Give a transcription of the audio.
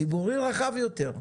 ציבורי רחב יותר,